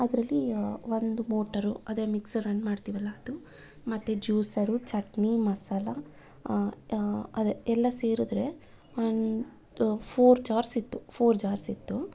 ಅದರಲ್ಲಿ ಒಂದು ಮೋಟರು ಅದೇ ಮಿಕ್ಸರ್ ರನ್ ಮಾಡ್ತೀವಲ್ಲ ಅದು ಮತ್ತು ಜ್ಯೂಸರು ಚಟ್ನಿ ಮಸಾಲೆ ಅದೇ ಎಲ್ಲ ಸೇರಿದ್ರೆ ಒನ್ ಟೂ ಫೋರ್ ಜಾರ್ಸ್ ಇತ್ತು ಫೋರ್ ಜಾರ್ಸ್ ಇತ್ತು